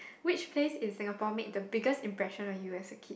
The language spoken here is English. which place in Singapore made the biggest impression on you as a kid